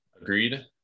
Agreed